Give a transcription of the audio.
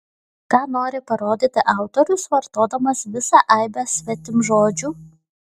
ką nori parodyti autorius vartodamas visą aibę svetimžodžių